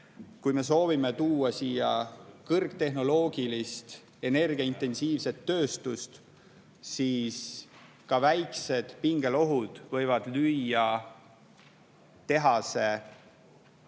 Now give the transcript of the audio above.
kui me soovime tuua siia kõrgtehnoloogilist energiaintensiivset tööstust, siis ka väiksed pingelohud võivad lüüa tehase